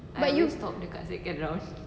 but you